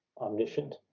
omniscient